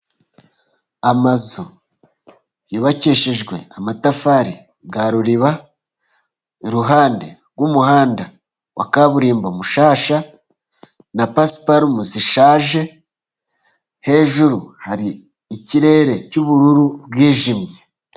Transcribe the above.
Amazu yubakishejwe amatafari ya ruriba, iruhande rw'umuhanda wa kaburimbo mushyashya na pasiparume zishaje, hejuru hari ikirere cy'ubururu bwijimye.